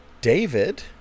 David